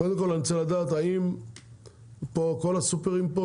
קודם כל אני רוצה לדעת האם כל הסופרים פה,